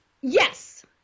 Yes